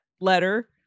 letter